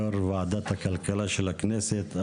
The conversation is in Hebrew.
יושב-ראש ועדת הכלכלה של הכנסת.